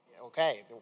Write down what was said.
okay